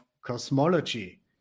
Cosmology